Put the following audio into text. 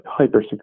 hypersecretion